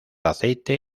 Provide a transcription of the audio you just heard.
aceite